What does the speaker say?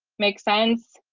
make sense.